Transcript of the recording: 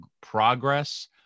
progress